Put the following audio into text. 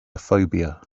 phobia